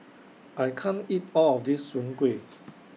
I can't eat All of This Soon Kuih